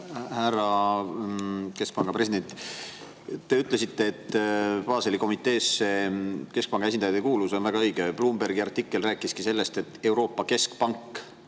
Härra keskpanga president! Te ütlesite, et Baseli komiteesse keskpanga esindajad ei kuulu. See on väga õige. Bloombergi artikkel rääkiski sellest, et Euroopa Keskpanga